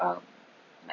um like